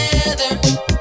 together